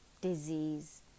disease